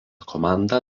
komanda